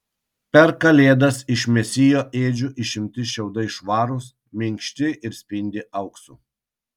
per kalėdas iš mesijo ėdžių išimti šiaudai švarūs minkšti ir spindi auksu